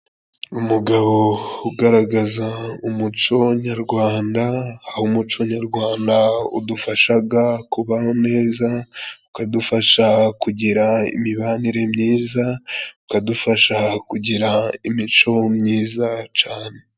Umugabo ugaragaza umuco nyarwanda aho umuco nyarwanda udufashaga kubaho neza ukadufasha kugira imibanire myiza ukadufasha kugira imico myiza cane.